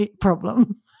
problem